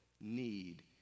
need